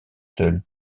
seule